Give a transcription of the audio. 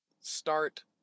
start